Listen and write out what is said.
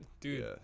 dude